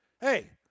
hey